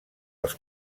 els